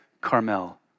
Carmel